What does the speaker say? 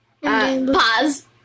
Pause